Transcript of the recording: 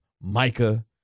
Micah